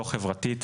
לא חברתית,